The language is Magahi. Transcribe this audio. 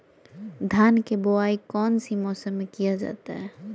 धान के बोआई कौन सी मौसम में किया जाता है?